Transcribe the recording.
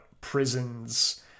prisons